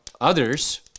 others